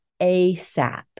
ASAP